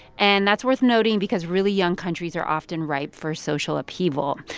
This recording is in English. and that's worth noting because really young countries are often ripe for social upheaval.